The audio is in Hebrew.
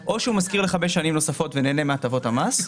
או שהוא משכיר לחמש שנים נוספות ונהנה מהטבות המס,